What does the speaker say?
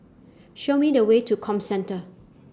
Show Me The Way to Comcentre